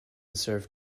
serve